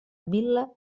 vil·la